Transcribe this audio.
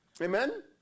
Amen